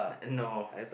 no